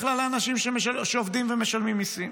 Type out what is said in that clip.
כלל האנשים שעובדים ומשלמים מיסים.